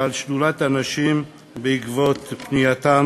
עם שדולת הנשים, בעקבות פנייתן